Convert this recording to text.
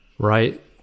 Right